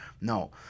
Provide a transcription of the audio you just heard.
No